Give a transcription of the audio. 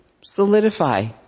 solidify